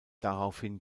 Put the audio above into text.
daraufhin